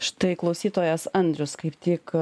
štai klausytojas andrius kaip tik